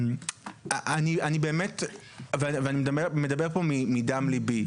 אני מדבר פה מדם ליבי,